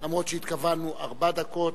אף שהתכוונו ארבע דקות.